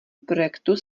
projektu